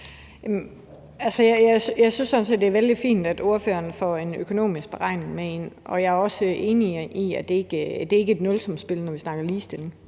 set, det er vældig fint, at ordføreren får en økonomisk beregning med ind. Jeg er også enig i, at det ikke er et nulsumsspil, når vi snakker om ligestilling.